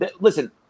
listen